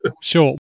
Sure